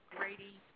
Grady